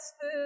food